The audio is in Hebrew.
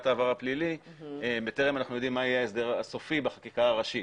העבר הפלילי בטרם אנחנו יודעים מה יהיה ההסדר הסופי בחקיקה הראשית.